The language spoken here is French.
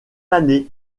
année